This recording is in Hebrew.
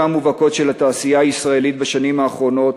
המובהקות של התעשייה הישראלית בשנים האחרונות,